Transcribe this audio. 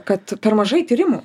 kad per mažai tyrimų